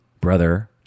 brother